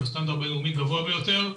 בסטנדרט בינלאומי הגבוה ביותר.